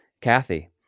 Kathy